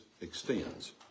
extends